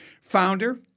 founder